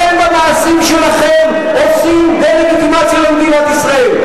אתם במעשים שלכם עושים דה-לגיטימציה למדינת ישראל,